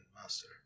Master